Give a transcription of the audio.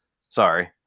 Sorry